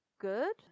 good